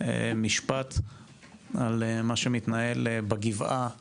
משפט על מה שמתנהל בגבעה שלידינו.